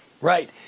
Right